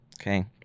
Okay